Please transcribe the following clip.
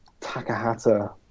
Takahata